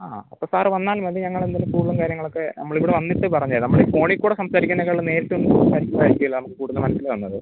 ആ അപ്പം സാറ് വന്നാൽ മതി ഞങ്ങള് എന്തായാലും സ്കൂളും കാര്യങ്ങളൊക്കെ നമ്മൾ ഇവിടെ വന്നിട്ട് പറഞ്ഞ് തരാം നമ്മൾ ഈ ഫോണിൽ കൂടെ സംസാരിക്കുന്നതിനേക്കാളും നേരിട്ട് വന്ന് സംസാരിക്കുമ്പോഴായിരിക്കുമ ല്ലോ നമുക്ക് കൂടുല് മനസ്സിലാവുന്നത്